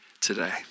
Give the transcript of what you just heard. today